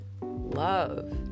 love